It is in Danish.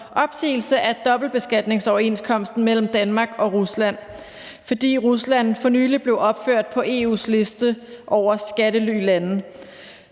opsigelse af dobbeltbeskatningsoverenskomsten mellem Danmark og Rusland, fordi Rusland for nylig blev opført på EU's liste over skattelylande.